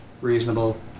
Reasonable